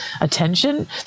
attention